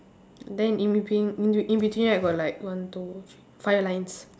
then in between in in between right got like one two three five lines